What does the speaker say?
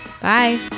Bye